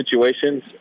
situations